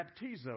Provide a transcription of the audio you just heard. baptizo